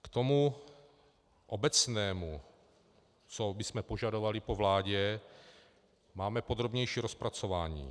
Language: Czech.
K tomu obecnému, co bychom požadovali po vládě, máme podrobnější rozpracování.